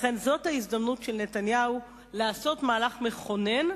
לכן, זאת ההזדמנות של נתניהו לעשות מהלך מכונן,